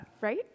right